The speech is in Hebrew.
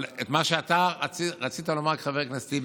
אבל את מה שאתה רצית לומר, חבר הכנסת טיבי,